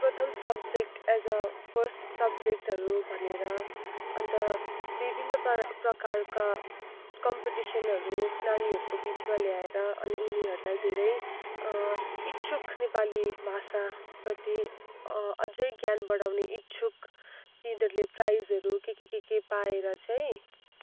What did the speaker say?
प्रथम subject as a first सब्जेक्टहरू भनेर अन्त विभिन्न पर् प्रकारका कम्पटिसनहरू नानीहरूको बिचमा ल्याएर अनि उनीहरूलाई धेरै इच्छुक नेपाली भाषाप्रति अझै ज्ञान बढाउने इच्छुक तिनीहरूले प्राइजहरू के के के के पाएर चाहिँ